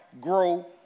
grow